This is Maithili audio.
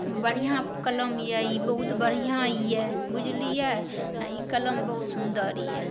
ओकर बढ़िआँ कलम अइ ई बहुत बढ़िआँ अइ बुझलिए ई कलम बहुत सुन्दर अइ